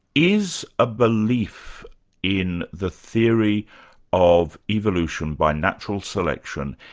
is a belief in the theory of evolution by natural selection,